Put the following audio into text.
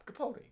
Capaldi